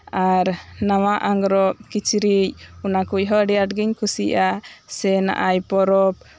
ᱟᱨ ᱱᱟᱣᱟ ᱟᱸᱜᱽᱨᱚᱵ ᱠᱤᱪᱨᱤᱪ ᱱᱚᱣᱟ ᱠᱚᱦᱚᱸ ᱟᱹᱰᱤ ᱟᱸᱴ ᱜᱤᱧ ᱠᱩᱥᱤᱭᱟᱜᱼᱟ ᱥᱮ ᱱᱚᱜᱼᱚᱭ ᱯᱚᱨᱚᱵᱽ